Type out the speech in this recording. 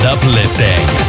Uplifting